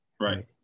right